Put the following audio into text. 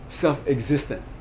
self-existent